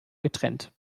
getrennt